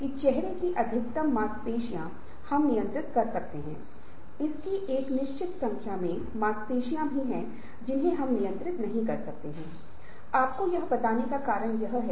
और ये परिवर्तन दो प्रकार के होते हैं एक वृद्धिशील परिवर्तन है दूसरा आमूलचूल परिवर्तन या परिवर्तनकारी परिवर्तन है